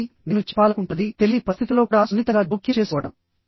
కాబట్టి నేను చెప్పాలనుకుంటున్నది తెలియని పరిస్థితులలో కూడా సున్నితంగా జోక్యం చేసుకోవడం